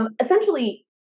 Essentially